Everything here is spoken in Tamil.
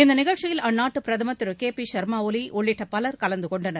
இந்நிகழ்ச்சியில் அந்நாட்டு பிரதமர் திரு கே பி ஷர்மா ஒலி உள்ளிட்ட பலர் கலந்துகொண்டனர்